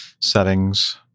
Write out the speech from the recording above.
settings